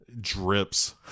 drips